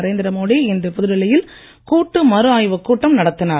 நரேந்திரமோடி இன்று புதுடில்லியில் கூட்டு மறுஆய்வுக் கூட்டம் நடத்தினார்